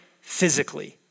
physically